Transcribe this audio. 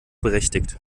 berechtigt